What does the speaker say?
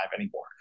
anymore